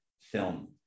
film